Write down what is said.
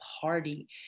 party